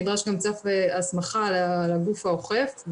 נדרשת הסמכה לגוף האוכף.